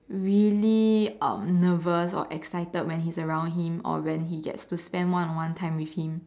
really um nervous or excited when he's around him or when he gets to spend one on one time with him